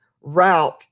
route